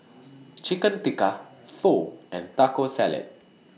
Chicken Tikka Pho and Taco Salad